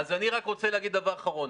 אז אני רוצה להגיד דבר אחרון.